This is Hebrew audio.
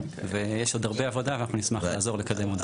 יש עוד הרבה עבודה ואנחנו נשמח לעזור לקדם אותה.